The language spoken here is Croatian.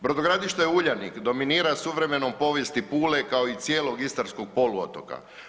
Brodogradilište „Uljanik“ dominira suvremenom povijesti Pule kao i cijelog Istarskog poluotoka.